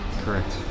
Correct